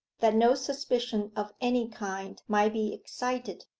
that no suspicion of any kind might be excited,